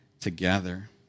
together